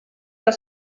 alla